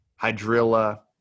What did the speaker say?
hydrilla